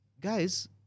guys